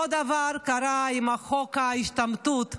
אותו דבר קרה עם חוק ההשתמטות,